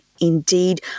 indeed